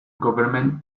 government